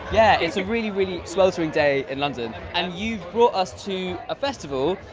yeah it's a really really sweltering day in london and you brought us to a festival,